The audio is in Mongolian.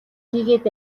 хийгээд